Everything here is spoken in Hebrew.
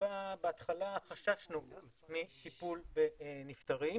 שבהתחלה חששנו מטיפול בנפטרים,